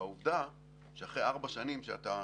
והעובדה שאחרי ארבע שנים שאתה